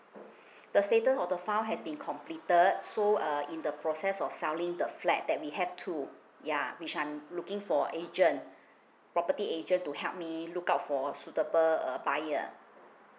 the status of the file has been completed so uh in the process of selling the flat that we have to yeah which I'm looking for agent property agent to help me look out for suitable uh buyer